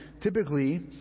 typically